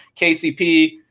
KCP